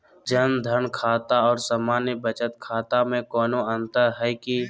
जन धन खाता और सामान्य बचत खाता में कोनो अंतर है की?